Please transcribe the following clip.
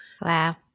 Wow